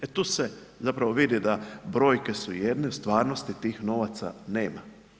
E tu se zapravo vidi da brojke su jedne a u stvarnosti tih novaca nema.